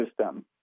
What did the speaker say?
system